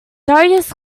darius